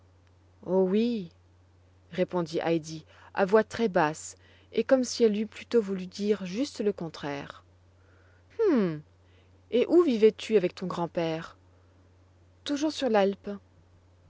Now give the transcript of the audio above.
oh oui répondit heidi à voix très basse et comme si elle eût plutôt voulu dire juste le contraire hum et où vivais tu avec ton grand-père toujours sur l'alpe